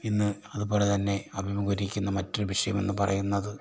ഇന്ന് അതുപോലെതന്നെ അഭിമുഖീകരിക്കുന്ന മറ്റൊരു വിഷയമെന്ന് പറയുന്നത്